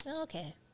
Okay